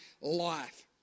life